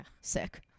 Sick